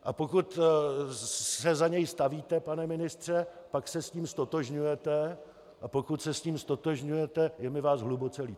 A pokud se za něj stavíte, pane ministře, pak se s ním ztotožňujete, a pokud se s tím ztotožňujete, je mi vás hluboce líto.